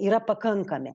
yra pakankami